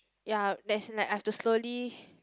ya that is like I have to slowly